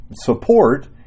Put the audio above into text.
Support